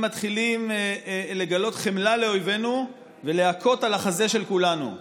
הם מתחילים לגלות חמלה לאויבינו ולהכות על החזה של כולנו.